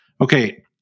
okay